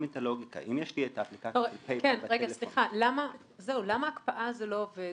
סליחה, למה הקפאה זה לא עובד?